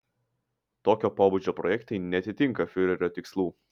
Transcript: tokio pobūdžio projektai neatitinka fiurerio tikslų